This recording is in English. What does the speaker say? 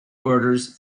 orders